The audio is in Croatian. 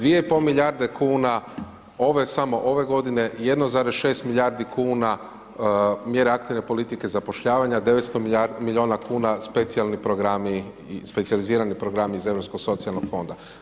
2,5 milijarde kuna samo ove godine, 1,6 milijardi kuna mjere aktivne politike zapošljavanja, 900 milijuna kuna specijalni programi, specijalizirani programi iz Europskog socijalnog fonda.